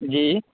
جی